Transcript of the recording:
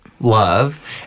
Love